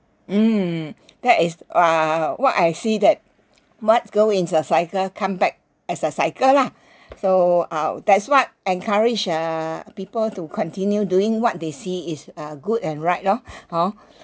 mm that is uh what I see that what go into a cycle come back as a cycle lah so uh that's what encouraged uh uh people to continue doing what they see is uh good and right loh hor